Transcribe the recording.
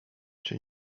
czy